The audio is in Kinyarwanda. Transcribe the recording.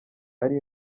ari